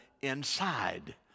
inside